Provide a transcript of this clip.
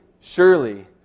surely